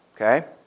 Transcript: okay